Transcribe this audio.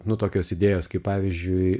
nuo tokios idėjos kaip pavyzdžiui